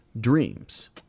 dreams